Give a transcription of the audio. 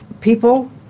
people